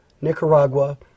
Nicaragua